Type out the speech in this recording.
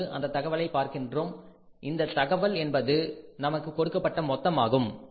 இப்பொழுது அந்த தகவலை பார்க்கின்றோம் இந்த தகவல் என்பது நமக்கு கொடுக்கப்பட்ட மொத்தம் ஆகும்